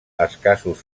escassos